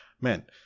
man